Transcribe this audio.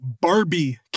Barbie-